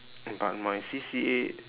but my C_C_A